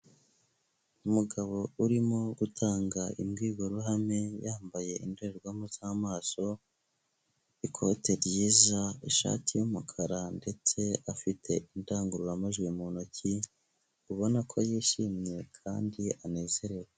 Umugabo urimo gutanga imbwirwaruhame yambaye indorerwamo z'amaso, ikote ryiza, ishati y'umukara ndetse afite indangururamajwi mu ntoki ubona ko yishimye kandi anezerewe.